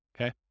Okay